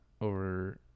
over